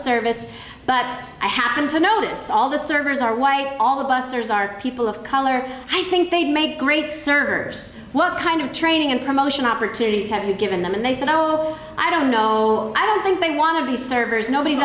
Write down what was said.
service but i happened to notice all the servers are white all the busters are people of color i think they'd make great servers what kind of training and promotion opportunities have you given them and they said oh i don't know i don't think they want to be servers nobody's